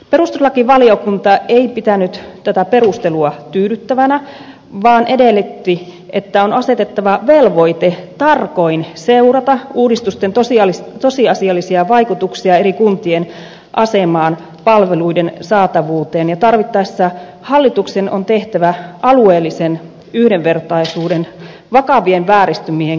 perustuslakivaliokunta ei pitänyt tätä perustelua tyydyttävänä vaan edellytti että on asetettava velvoite tarkoin seurata uudistusten tosiasiallisia vaikutuksia eri kuntien asemaan palveluiden saatavuuteen ja tarvittaessa hallituksen on tehtävä alueellisen yhdenvertaisuuden vakavien vääristymien korjaamiseksi tarvittavat ehdotukset